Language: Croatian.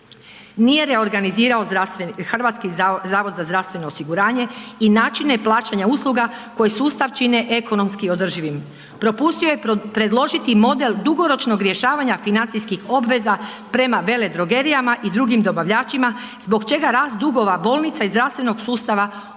nije reorganizirao HZZO i načine plaćanja usluga koji sustav čine ekonomski održivim. Propustio je predložiti model dugoročnog rješavanja financijskih obveza prema veledrogerijama i drugim dobavljačima zbog čega rast dugova bolnica iz zdravstvenog sustava ozbiljno